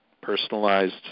personalized